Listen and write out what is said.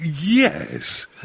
yes